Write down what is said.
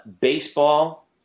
baseball